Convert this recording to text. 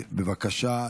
בבקשה.